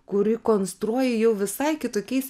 kuri konstruoji jau visai kitokiais